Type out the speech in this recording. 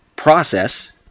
Process